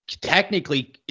technically